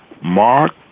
Mark